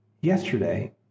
yesterday